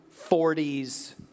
40s